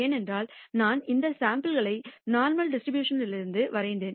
ஏனென்றால் நான் இந்த சாம்பிள் களை நோர்மல் டிஸ்ட்ரிபியூஷன் லிருந்து வரைந்தேன்